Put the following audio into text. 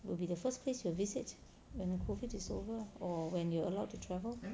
will be the first place you will visit when COVID is over or when you're allowed to travel